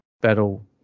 battle